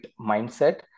mindset